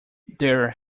there